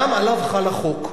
גם עליו חל החוק.